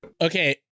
Okay